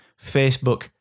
Facebook